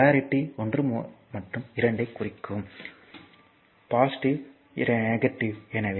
இது போலாரிட்டி 1 மற்றும் 2 யை குறிக்கும் 1 பாசிட்டிவ் 2 நெகட்டிவ்